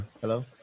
Hello